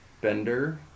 Bender